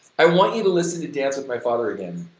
i want you to listen to dance with my father again.